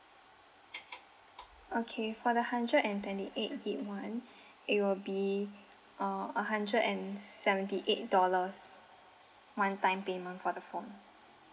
okay for the hundred and twenty eight G_B one it will be uh a hundred and seventy eight dollars one time payment for the phone